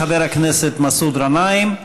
חבר הכנסת מסעוד גנאים,